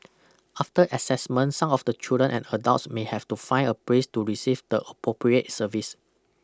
after assessment some of the children and adults may have to find a place to receive the appropriate service